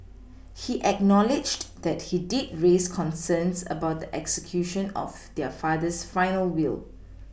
he acknowledged that he did raise concerns about the execution of their father's final will